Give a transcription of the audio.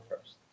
first